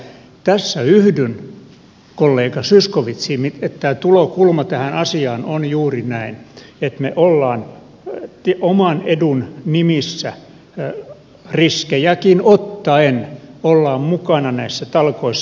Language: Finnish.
tässä yhdyn kollega zyskowicziin että tämä tulokulma tähän asiaan on juuri näin että me olemme oman edun nimissä riskejäkin ottaen mukana näissä talkoissa